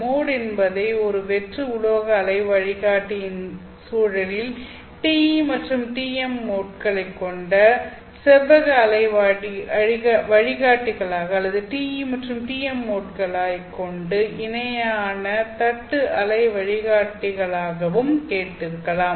mode என்பதை ஒரு வெற்று உலோக அலை வழிகாட்டியின் சூழலில் TE மற்றும் TM மோட்களைக் கொண்ட செவ்வக அலை வழிகாட்டிகளாக அல்லது TE மற்றும் TM மோட்களைக் கொண்ட இணையான தட்டு அலை வழிகாட்டிகளாகவும் கேட்டிருக்கலாம்